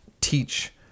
teach